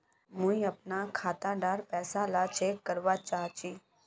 मुई अपना खाता डार पैसा ला चेक करवा चाहची?